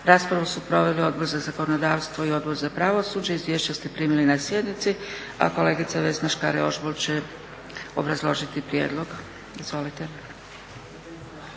Raspravu su proveli Odbor za zakonodavstvo i Odbor za pravosuđe. Izvješća ste primili na sjednici. A kolegica Vesna Škare Ožbolt će obrazložiti prijedlog. Izvolite.